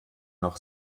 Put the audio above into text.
noch